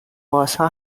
بازها